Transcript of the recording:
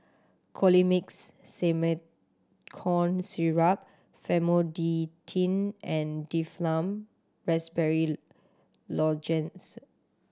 Colimix Simethicone Syrup Famotidine and Difflam Raspberry Lozenges